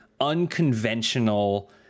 unconventional